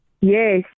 Yes